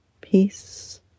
Peace